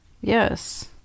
yes